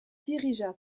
dirigea